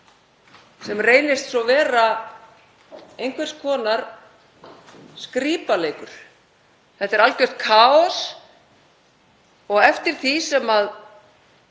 sem reynist svo vera einhvers konar skrípaleikur. Þetta er algjört kaos og eftir því sem